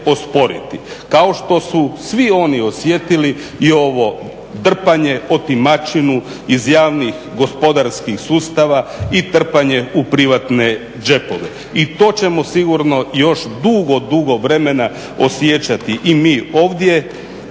Kao što su svi oni osjetili i ovo drpanje, otimačinu iz javnih, gospodarskih sustava i trpanje u privatne džepove. I to ćemo sigurno još dugo, dugo vremena osjećati i mi ovdje